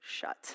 shut